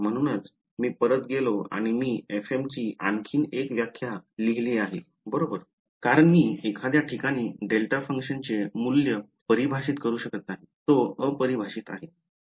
म्हणूनच मी परत गेलो आणि मी fm ची आणखी एक व्याख्या लिहिले बरोबर कारण मी एखाद्या ठिकाणी डेल्टा फंक्शनचे मूल्य परिभाषित करू शकत नाही तो अपरिभाषित आहे